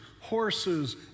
horses